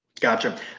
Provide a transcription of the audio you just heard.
Gotcha